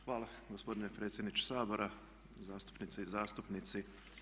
Hvala gospodine predsjedniče Sabor, zastupnice i zastupnici.